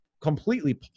completely